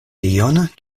tion